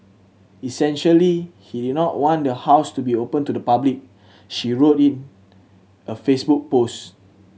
essentially he did not want the house to be open to the public she wrote in a Facebook post